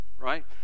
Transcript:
right